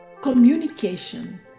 Communication